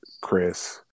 Chris